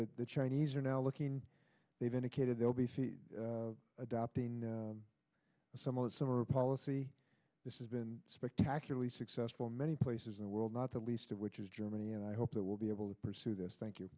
that the chinese are now looking they've indicated they will be adopting a similar similar policy this is been spectacularly successful in many places in the world not the least of which is germany and i hope that we'll be able to pursue this thank you